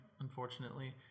unfortunately